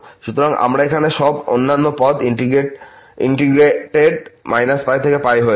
সুতরাং আমরা এখানে সব অন্যান্য পদ ইন্টিগ্রেটেড π থেকে হয়েছে